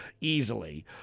easily